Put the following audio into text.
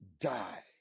die